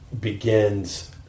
begins